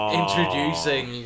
introducing